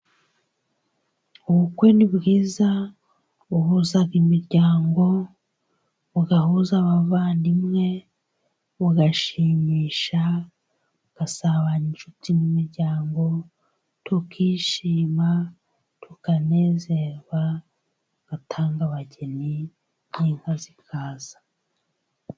Ubukwe ni bwiza buhuza imiryango, buhuza abavandimwe, burashimisha, busabanyisha inshuti n'imiryango tukishima, tukanezerwa tugatanga abageni n'inka zikaza.